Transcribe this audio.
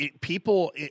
people